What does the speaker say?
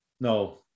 No